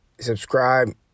subscribe